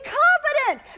confident